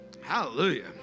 hallelujah